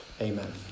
amen